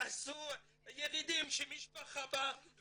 עשו ירידים שמשפחה באה